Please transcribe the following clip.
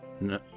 No